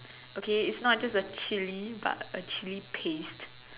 okay it's not just a chilli but a chilli paste